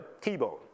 T-bone